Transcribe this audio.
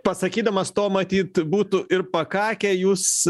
pasakydamas to matyt būtų ir pakakę jūs